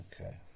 Okay